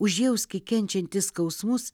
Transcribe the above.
užjauski kenčiantį skausmus